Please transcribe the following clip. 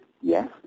yes